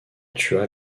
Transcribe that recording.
tua